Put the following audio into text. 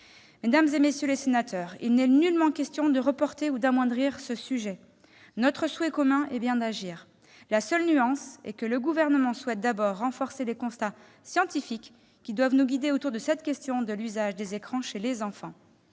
Mesdames, messieurs les sénateurs, il n'est nullement question de reporter toute action ou de minimiser cette question. Notre souhait commun est bien d'agir. La seule nuance est que le Gouvernement souhaite d'abord renforcer les constats scientifiques qui doivent le guider concernant l'usage des écrans chez les enfants.